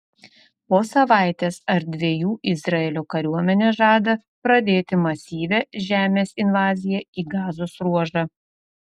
po savaitės ar dviejų izraelio kariuomenė žada pradėti masyvią žemės invaziją į gazos ruožą